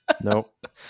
Nope